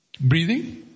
Breathing